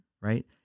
right